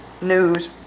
news